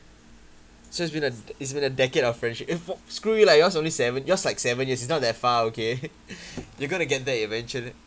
so it's been a it's been a decade of friendship eh f~ screw you lah yours only seven yours like seven years is not that far okay you're going to get there eventual~